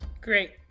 Great